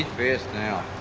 pissed now.